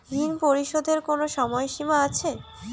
ঋণ পরিশোধের কোনো সময় সীমা আছে?